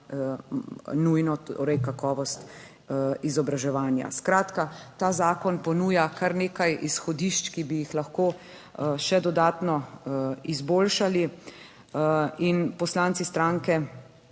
nujno, torej kakovost izobraževanja. Skratka, ta zakon ponuja kar nekaj izhodišč, ki bi jih lahko še dodatno izboljšali in poslanci stranke